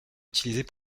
utilisée